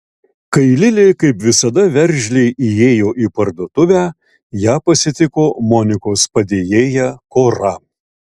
kai lilė kaip visada veržliai įėjo į parduotuvę ją pasitiko monikos padėjėja kora